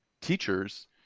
teachers